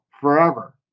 forever